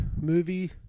movie